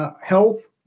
health